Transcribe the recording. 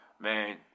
man